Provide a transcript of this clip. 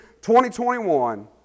2021